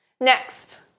Next